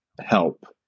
help